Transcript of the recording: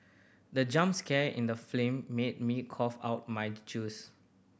the jump scare in the made me cough out my juice